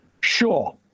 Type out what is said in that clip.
sure